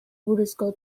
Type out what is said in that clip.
buruzko